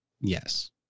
yes